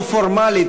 לא פורמלית,